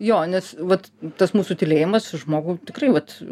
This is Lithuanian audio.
jo nes vat tas mūsų tylėjimas žmogų tikrai vat